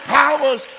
powers